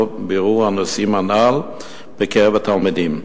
בירור של הנושאים הנ"ל בקרב התלמידים.